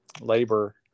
labor